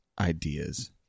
ideas